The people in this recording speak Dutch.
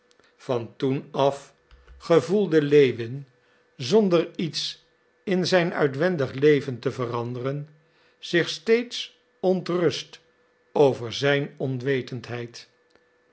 van toen af gevoelde lewin zonder iets in zijn uitwendig leven te veranderen zich steeds ontrust over zijn onwetendheid